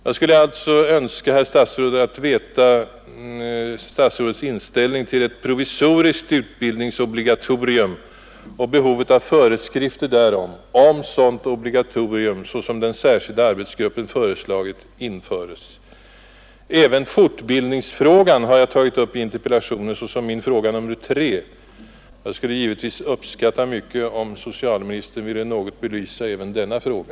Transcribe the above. Jag skulle alltså, herr statsråd, önska veta herr statsrådets inställning till ett provisoriskt utbildningsobligatorium och behovet av föreskrifter därom, om ett sådant obligatorium såsom den särskilda arbetsgruppen föreslagit införes. Även fortbildningsfrågan har jag tagit upp i interpellationen såsom min fråga nr 3. Jag skulle givetvis uppskatta mycket, om socialministern ville något belysa även denna fråga.